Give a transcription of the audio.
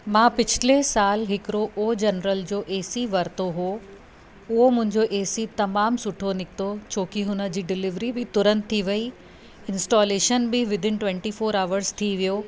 मां पिछले साल हिकिड़ो ओ जनरल जो एसी वरितो हुओ उहो मुंहिंजो एसी तमामु सुठो निकितो छोकी हुन जी डिलीवरी बि तुरंत थी वई इंस्टॉलेशन बि within twenty four hours थी वियो